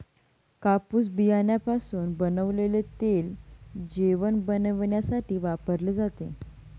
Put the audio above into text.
कापूस बियाण्यापासून बनवलेले तेल जेवण बनविण्यासाठी वापरले जाते